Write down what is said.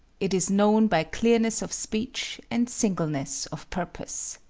it is known by clearness of speech and singleness of purpose.